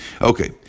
Okay